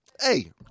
Hey